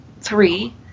three